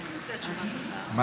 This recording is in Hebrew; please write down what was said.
זו תשובת השר, מה?